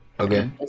Okay